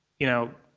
you know,